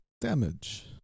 damage